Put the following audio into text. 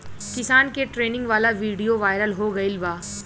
किसान के ट्रेनिंग वाला विडीओ वायरल हो गईल बा